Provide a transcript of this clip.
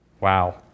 Wow